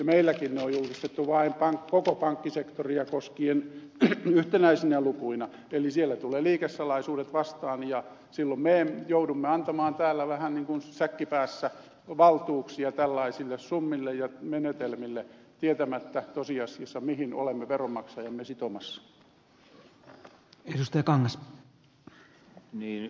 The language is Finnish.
meilläkin ne on julkistettu vain koko pankkisektoria koskien yhtenäisinä lukuina eli siellä tulevat liikesalaisuudet vastaan ja silloin me joudumme antamaan täällä vähän niin kuin säkki päässä valtuuksia tällaisille summille ja menetelmille tietämättä tosiasiassa mihin olemme veronmaksajamme sitomassa